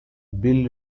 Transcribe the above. bill